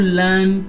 learn